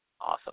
Awesome